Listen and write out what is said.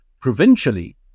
Provincially